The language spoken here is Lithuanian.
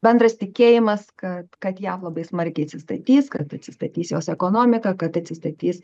bendras tikėjimas kad kad jav labai smarkiai atsistatys kad atsistatys jos ekonomika kad atsistatys